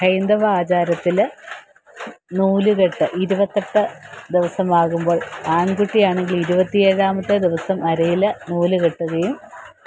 ഹൈന്ദവ ആചാരത്തിൽ നൂലുകെട്ട് ഇരുപത്തെട്ട് ദിവസം ആകുമ്പോള് ആണ്കുട്ടിയാണെങ്കിൽ ഇരുപത്തേഴാമത്തെ ദിവസം അരയിൽ നൂലു കെട്ടുകയും